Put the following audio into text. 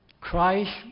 Christ